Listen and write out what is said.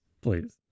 please